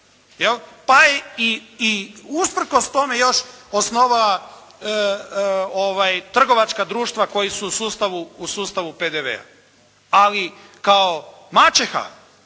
Pa je i usprkos tome još osnovala trgovačka društva koji su u sustavu PDV-a, ali kao maćeha